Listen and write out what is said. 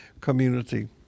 community